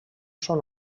són